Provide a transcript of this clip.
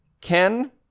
Ken